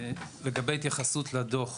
לגבי התייחסות לדוח,